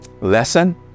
Lesson